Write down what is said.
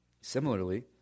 Similarly